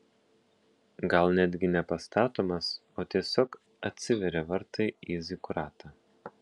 gal netgi ne pastatomas o tiesiog atsiveria vartai į zikuratą